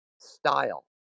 style